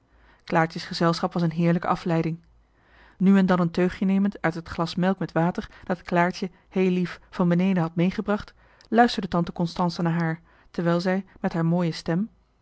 keelpijn claartje's gezelschap was een heerlijke afleiding nu en dan een teugje nemend uit het glas melk met water dat claartje heel lief van beneden had meegebracht luisterde tante constance naar haar terwijl zij met haar mooie stem